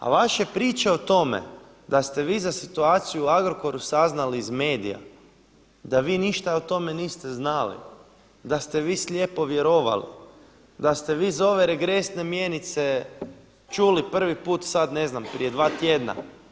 A vaše priče o tome da ste vi za situaciju u Agrokoru saznali iz medija, da vi ništa o tome niste znali, da ste vi slijepo vjerovali, da ste vi za ove regresne mjenice čuli prvi puta sada ne znam prije 2 tjedna.